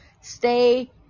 stay